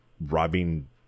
robbing